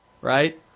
right